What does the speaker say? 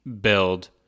build